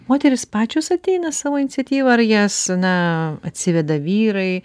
moterys pačios ateina savo iniciatyva ar jas na atsiveda vyrai